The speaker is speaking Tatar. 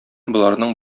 боларның